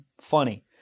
Funny